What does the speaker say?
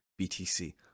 btc